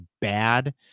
bad